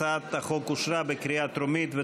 ההצעה להעביר את הצעת חוק הפיקוח על שירותים פיננסיים (ביטוח) (תיקון,